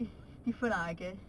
it's different ah I guess